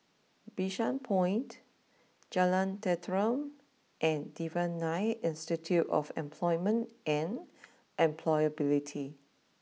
Bishan Point Jalan Tenteram and Devan Nair Institute of Employment and Employability